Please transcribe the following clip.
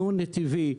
דו-נתיבי,